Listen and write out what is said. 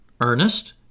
Ernest